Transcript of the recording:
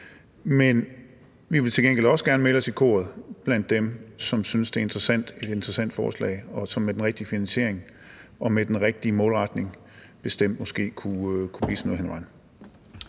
men vi vil til gengæld også gerne melde os i koret af dem, som synes, det er et interessant forslag, som med den rigtige finansiering og den rigtige målretning måske kunne blive til noget hen ad